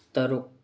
ꯇꯔꯨꯛ